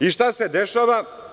I, šta se dešava?